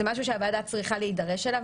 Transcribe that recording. זה משהו שהוועדה צריכה להידרש אליו,